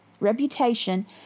Reputation